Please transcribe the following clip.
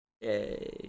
Yay